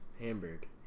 Hamburg